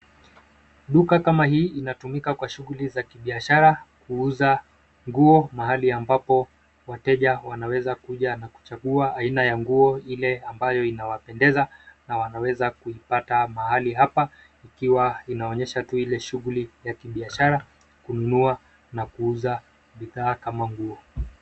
Duka kama hii inatumika kwa shughuli za kibiashara kuuza nguo mahali ambapo wateja wanaweza kuja na kuchagua aina ya nguo ile ambayo ina wapendeza na wanaweza kuipata mahali hapa ikiwa inaonyesha tu ile shughuli ya kibiashara kununua na kuuza bidhaa kama nguo.